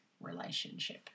relationship